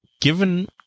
given